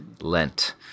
Lent